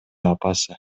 апасы